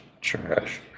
trash